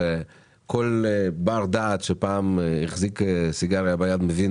וכל בר דעת שפעם החזיק סיגריה ביד מבין